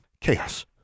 Chaos